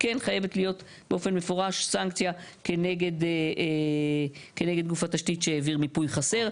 וכן חייבת להיות באופן מפורש סנקציה כנגד גוף התשתית שהעביר מיפוי חסר.